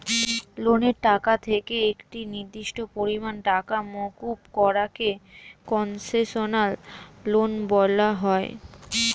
লোনের টাকা থেকে একটি নির্দিষ্ট পরিমাণ টাকা মুকুব করা কে কন্সেশনাল লোন বলা হয়